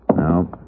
No